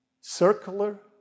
circular